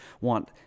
want